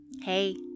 Hey